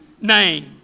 name